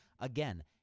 Again